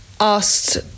Asked